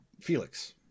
Felix